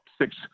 six